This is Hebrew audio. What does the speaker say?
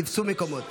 תפסו מקומות.